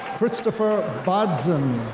christopher badzim.